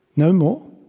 no more?